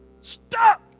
Stop